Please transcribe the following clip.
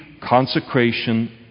consecration